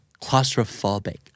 claustrophobic